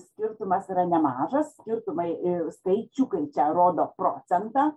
skirtumas yra nemažas skirtumai skaičiukai čia rodo procentą